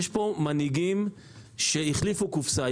יש פה מנהיגים שהחליפו קופסה,